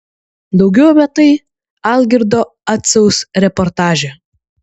daugiau apie tai algirdo acaus reportaže